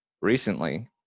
recently